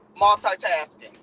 multitasking